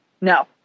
No